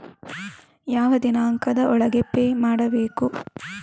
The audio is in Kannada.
ಯಾವ ದಿನಾಂಕದ ಒಳಗೆ ಪೇ ಮಾಡಬೇಕು?